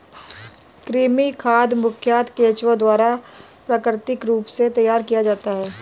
कृमि खाद मुखयतः केंचुआ द्वारा प्राकृतिक रूप से तैयार किया जाता है